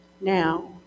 now